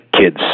kids